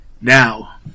Now